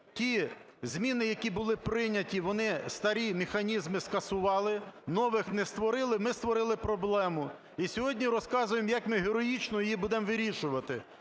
ті зміни, які були прийняті, вони старі механізми скасували, нових не створили, ми створили проблему і сьогодні розказуємо як ми героїчно її будемо вирішувати.